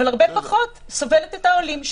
אבל הרבה פחות סובלת את העולים שלה.